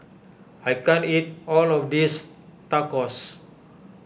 I can't eat all of this Tacos